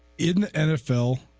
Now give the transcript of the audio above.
in the nfl